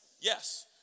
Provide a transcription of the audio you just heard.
Yes